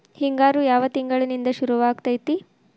ಹಿಂಗಾರು ಯಾವ ತಿಂಗಳಿನಿಂದ ಶುರುವಾಗತೈತಿ?